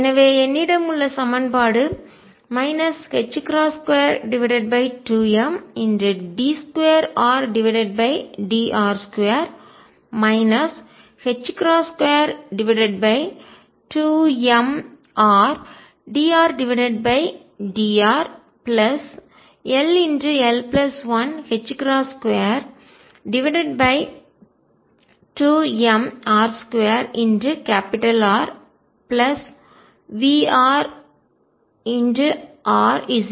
எனவே என்னிடம் உள்ள சமன்பாடு 22md2Rdr2 22mrdRdrll122mr2RVrRERஎன்பதாகும்